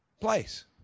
place